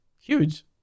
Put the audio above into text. huge